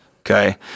Okay